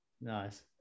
Nice